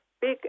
big